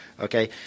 okay